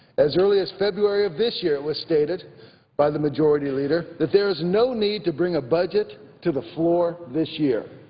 as early as february of this year it was stated by the majority leader that there is no need to bring a budget to the floor this year.